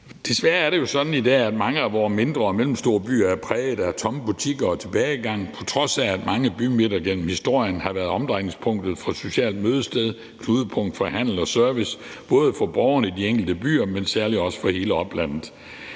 Desværre er det jo sådan i dag, at mange af vores mindre og mellemstore byer er præget af tomme butikker og tilbagegang, på trods af mange bymidter igennem historien har været omdrejningspunkt som socialt mødested, knudepunkt for handel og service, både for borgerne i de enkelte byer, men særlig også for hele oplandet.